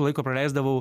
laiko praleisdavau